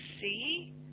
see